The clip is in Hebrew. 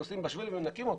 שנוסעים בשביל ומנקים אותו.